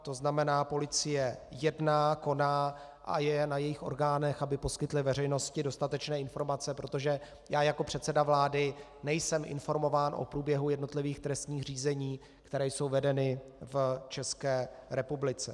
To znamená, policie jedná, koná a je na jejích orgánech, aby poskytly veřejnosti dostatečné informace, protože já jako předseda vlády nejsem informován o průběhu jednotlivých trestních řízení, která jsou vedena v České republice.